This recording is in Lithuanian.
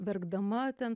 verkdama ten